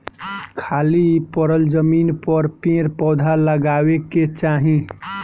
खाली पड़ल जमीन पर पेड़ पौधा लगावे के चाही